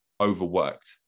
overworked